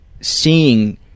seeing